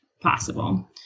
possible